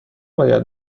باید